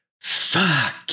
fuck